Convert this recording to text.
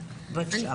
גברתי, בבקשה.